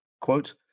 Quote